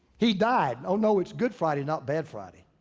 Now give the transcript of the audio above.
he died. oh, no, it's good friday, not bad friday.